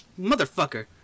motherfucker